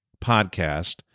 podcast